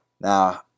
Now